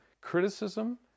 criticism